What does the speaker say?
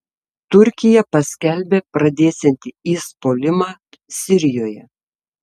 turkija paskelbė pradėsianti is puolimą sirijoje